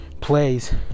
plays